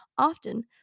often